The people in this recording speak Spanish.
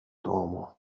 tomos